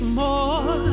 more